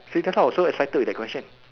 see that's why I was so excited with the question